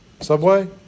Subway